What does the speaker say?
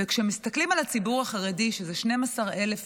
וכשמסתכלים על הציבור החרדי, 12,000